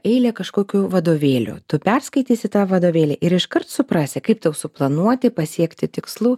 eilė kažkokių vadovėlių tu perskaitysi tą vadovėlį ir iškart suprasi kaip tau suplanuoti pasiekti tikslų